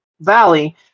Valley